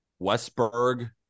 Westberg